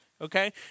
okay